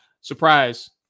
surprise